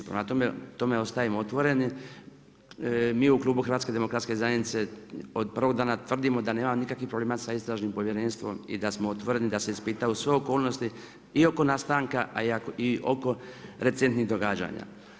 Prema tome tome ostajemo otvoreni, mi u Klubu HDZ-a od prvog dana tvrdimo da nema nikakvih problema sa istražnim povjerenstvom i da smo utvrdili da se ispitaju sve okolnosti i oko nastanka, a i oko recentnih događanja.